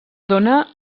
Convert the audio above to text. dóna